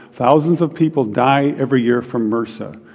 thousands of people die every year from mrsa.